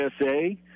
USA